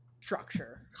structure